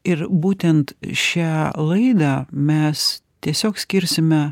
ir būtent šią laidą mes tiesiog skirsime